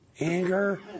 anger